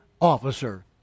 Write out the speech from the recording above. officer